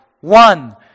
one